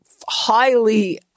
highly